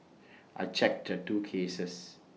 I checked the two cases